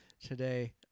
today